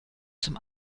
zum